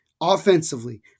offensively